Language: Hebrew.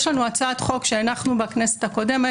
יש לנו הצעת חוק שאנחנו בכנסת הקודמת,